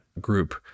group